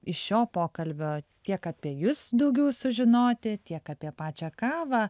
iš šio pokalbio tiek apie jus daugiau sužinoti tiek apie pačią kavą